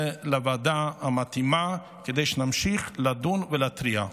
לוועדה המתאימה כדי שנמשיך לדון ולהתריע.